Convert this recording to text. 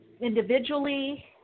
individually